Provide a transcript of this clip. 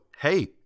hey